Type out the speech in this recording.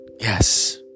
Yes